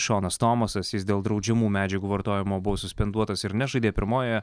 šonas tomasas jis dėl draudžiamų medžiagų vartojimo buvo suspenduotas ir nežaidė pirmojoje